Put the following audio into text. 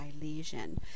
lesion